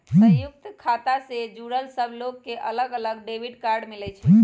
संयुक्त खाता से जुड़ल सब लोग के अलग अलग डेबिट कार्ड मिलई छई